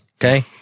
okay